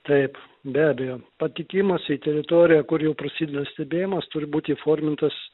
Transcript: taip be abejo patekimas į teritoriją kur jau prasideda stebėjimas turi būti įformintas